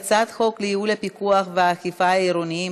חוק לייעול הפיקוח והאכיפה העירוניים